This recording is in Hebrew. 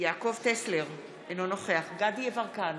יעקב טסלר, אינו נוכח דסטה גדי יברקן,